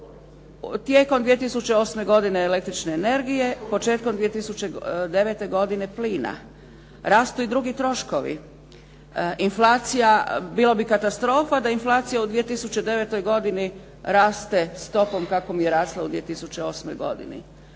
Tijekom 2008. godine električne energije, početkom 2009. godine plina. Rastu i drugi troškovi. Inflacija, bio bi katastrofa da inflacija u 2009. godini raste stopom kakvom je rasla u 2008. jer